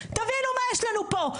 תבינו מה יש לנו פה.